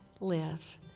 live